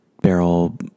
barrel